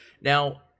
Now